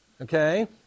Okay